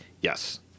Yes